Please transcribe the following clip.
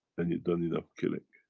and you've done enough killing.